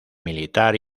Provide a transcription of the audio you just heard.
militar